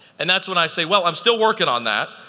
and that's when i say, well i'm still working on that.